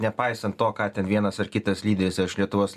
nepaisant to ką ten vienas ar kitas lyderis iš lietuvos